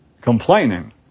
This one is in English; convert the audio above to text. Complaining